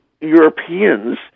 Europeans